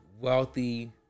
wealthy